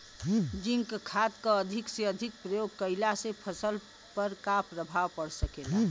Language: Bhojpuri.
जिंक खाद क अधिक से अधिक प्रयोग कइला से फसल पर का प्रभाव पड़ सकेला?